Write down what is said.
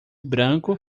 branco